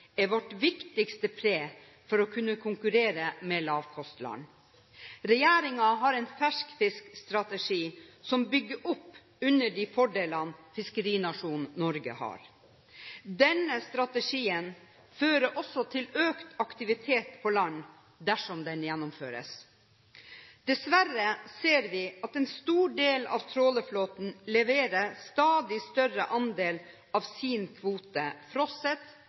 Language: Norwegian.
er vårt viktigste pre for å kunne konkurrere med lavkostland. Regjeringen har en ferskfiskstrategi som bygger opp under de fordelene fiskerinasjonen Norge har. Denne strategien fører også til økt aktivitet på land dersom den gjennomføres. Dessverre ser vi at en stor del av trålerflåten leverer stadig større andel av sin kvote